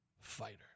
fighter